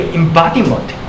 embodiment